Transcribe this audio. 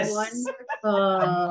wonderful